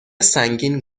سنگین